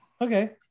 Okay